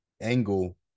angle